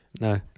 No